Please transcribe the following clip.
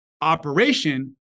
operation